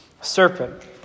serpent